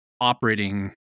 operating